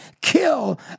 kill